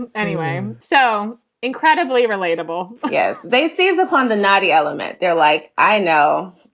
and anyway, i'm so incredibly relatable yes. they seized upon the natty element. they're like, i know